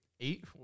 Eight